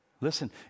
Listen